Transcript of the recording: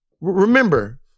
remember